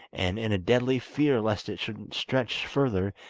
and in a deadly fear lest it should stretch further,